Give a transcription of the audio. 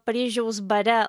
paryžiaus bare